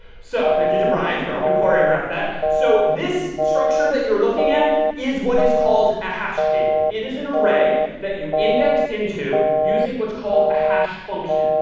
so thank you to brian for helping choreograph that. so this structure that you're looking at is what is called a hash table. it is an array that you index into using what's called a hash function.